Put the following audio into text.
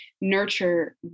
nurture